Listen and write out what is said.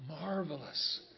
Marvelous